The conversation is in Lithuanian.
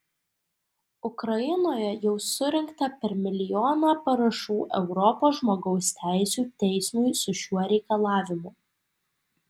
ukrainoje jau surinkta per milijoną parašų europos žmogaus teisių teismui su šiuo reikalavimu